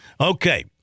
Okay